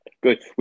Good